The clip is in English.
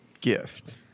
gift